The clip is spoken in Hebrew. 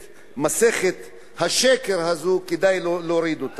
את מסכת השקר הזאת, כדאי להוריד.